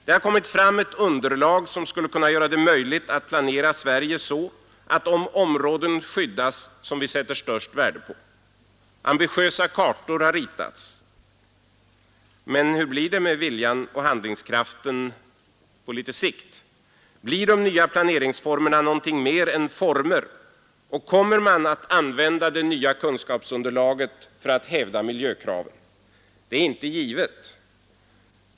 Det har kommit fram ett underlag som skulle kunna göra det möjligt att planera Sverige så att de områden skyddas som vi sätter störst värde på. Ambitiösa kartor har ritats. Men hur blir det med viljan och handlingskraften på litet sikt? Blir de nya planeringsformerna någonting mer än former, och kommer det ökade kunskapsunderlaget att användas till att hävda miljökraven? Det är inte givet.